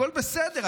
הכול בסדר.